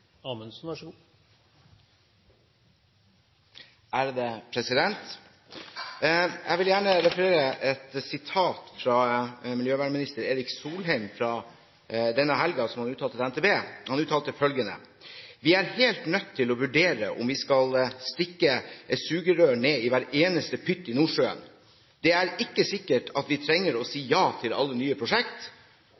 Jeg vil gjerne referere et sitat som miljøvernminister Erik Solheim uttalte denne helgen. Han uttalte følgende til NTB: «Vi er helt nødt til å vurdere om vi skal stikke et sugerør ned i hver eneste pytt i Nordsjøen. Det er ikke sikkert at vi trenger å si